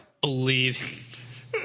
Believe